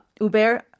Uber